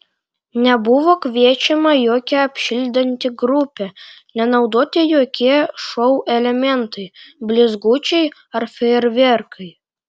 nebuvo kviečiama jokia apšildanti grupė nenaudoti jokie šou elementai blizgučiai ar fejerverkai